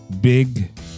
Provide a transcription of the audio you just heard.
Big